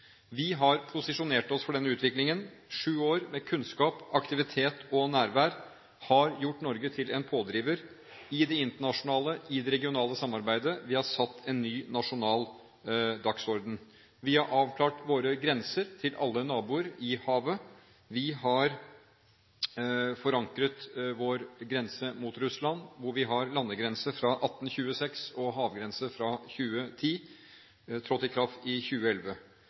Vi har posisjonert oss for denne utviklingen. Sju år med kunnskap, aktivitet og nærvær har gjort Norge til en pådriver i det internasjonale og regionale samarbeidet – vi har satt en ny nasjonal dagsorden. Vi har avklart våre grenser til alle naboer i havet, vi har forankret vår grense mot Russland, hvor vi har landegrense fra 1826 og havgrense fra 2010, som trådte i kraft i 2011.